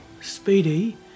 speedy